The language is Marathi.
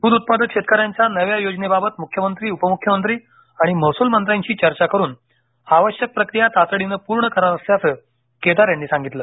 दूध उत्पादक शेतकऱ्यांच्या नव्या योजनेबाबत मुख्यमंत्री उपमुख्यमंत्री आणि महसूल मंत्र्यांशी चर्चा करून आवश्यक प्रक्रिया तातडीने पूर्ण करणार असल्याचं केदार यांनी सांगितलं